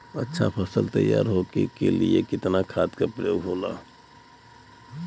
अच्छा फसल तैयार होके के लिए कितना खाद के प्रयोग होला?